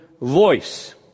voice